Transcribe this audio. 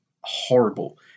horrible